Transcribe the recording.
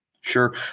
Sure